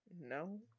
No